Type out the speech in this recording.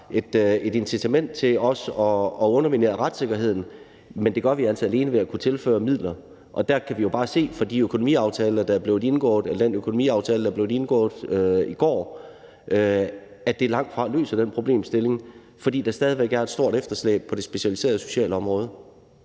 et incitament til at underminere retssikkerheden. Det gør vi altså alene ved at kunne tilføre midler, og der kan vi jo bare se på den økonomiaftale, der er blevet indgået i går, at den langtfra løser den problemstilling, fordi der stadig væk er et stort efterslæb på det specialiserede socialområde.